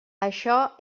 això